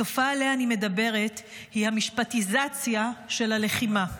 התופעה שעליה אני מדברת היא המשפטיזציה של הלחימה.